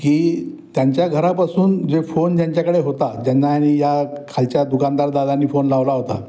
की त्यांच्या घरापासून जे फोन ज्यांच्याकडे होता ज्यांना यांनी या खालच्या दुकानदारदादाने फोन लावला होता